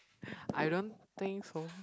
I don't think so